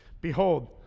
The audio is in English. Behold